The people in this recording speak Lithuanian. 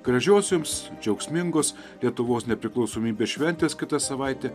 gražios jums džiaugsmingos lietuvos nepriklausomybės šventės kitą savaitę